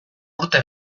urte